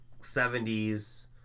70s